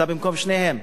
אתה במקום שניהם?